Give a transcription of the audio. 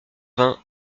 vingt